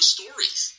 stories